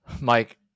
Mike